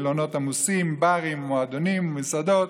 מלונות עמוסים, ברים, מועדונים, מסעדות,